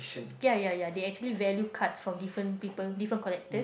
ya ya ya they actually value cards from different people different collectors